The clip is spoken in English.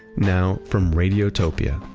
now, from radiotopia,